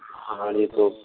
हाँ जी तो